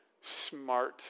smart